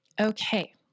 Okay